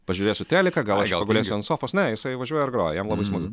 pažiūrėsiu teliką gal aš pagulėsiu ant sofos ne jisai važiuoja ir groja jam labai smagu